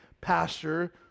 pastor